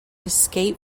escape